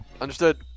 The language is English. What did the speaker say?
understood